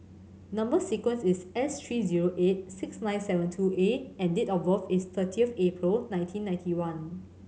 number sequence is S three zero eight six nine seven two A and date of birth is thirty of April nineteen ninety one